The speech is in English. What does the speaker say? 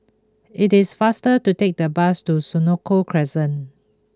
it is faster to take the bus to Senoko Crescent